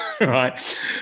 Right